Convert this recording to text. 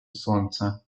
słońca